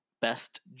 Best